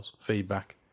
feedback